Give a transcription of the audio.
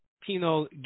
Pino